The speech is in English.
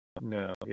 no